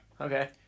Okay